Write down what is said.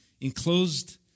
enclosed